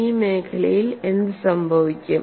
ഈ മേഖലയിൽ എന്ത് സംഭവിക്കും